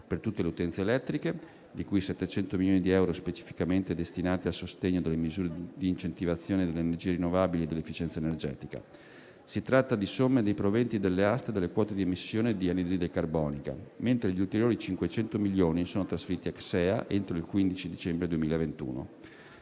per tutte le utenze elettriche, di cui 700 milioni di euro specificamente destinati al sostegno delle misure di incentivazione delle energie rinnovabili e dell'efficienza energetica. Si tratta di somme dei proventi delle aste delle quote di emissione di anidride carbonica, mentre gli ulteriori 500 milioni sono trasferiti a CSEA entro il 15 dicembre 2021.